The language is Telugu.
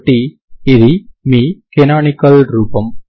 కాబట్టి ఇది మీ కనానికల్ రూపం